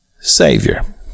Savior